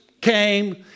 came